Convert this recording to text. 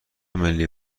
ملی